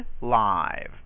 live